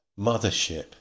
Mothership